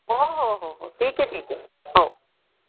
हो हो हो हो ठीक आहे ठीक आहे हो